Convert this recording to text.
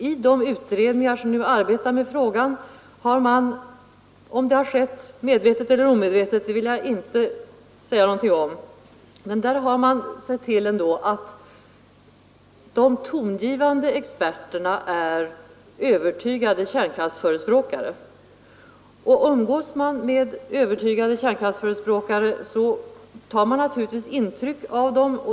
I de utredningar som nu arbetar med frågan har man — om det är medvetet eller ej vill jag inte säga någonting om — sett till att de tongivande experterna är övertygade kärnkraftsförespråkare. Umgås man med övertygade kärnkraftsförespråkare tar man naturligtvis intryck av dem.